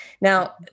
Now